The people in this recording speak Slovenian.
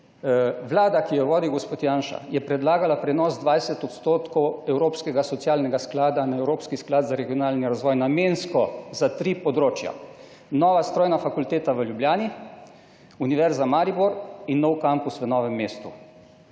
Vlada, ki jo je vodil gospod Janša, je predlagala prenos 20 odstotkov Evropskega socialnega sklada na Evropski sklad za regionalni razvoj, namensko za tri področja; Nova strojna fakulteta v Ljubljani, Univerza Maribor in nov kampus v Novem mestu.